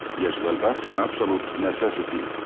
yes, well that's an absolute necessity,